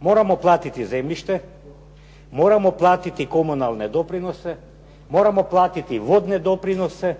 Moramo platiti zemljište, moramo platiti komunalne doprinose, moramo platiti vodne doprinose,